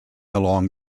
along